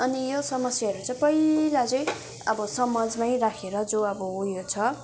अनि यो समस्याहरू चाहिँ पहिला चाहिँ अब समाजमै राखेर जो अब उयो छ